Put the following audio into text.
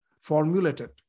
formulated